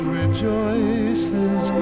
rejoices